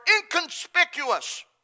inconspicuous